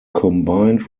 combined